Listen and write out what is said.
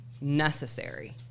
necessary